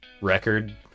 record